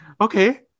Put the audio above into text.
okay